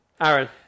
Aaron